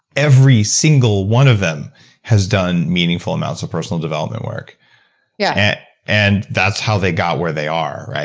every single one of them has done meaningful amounts of personal development work yeah and that's how they got where they are.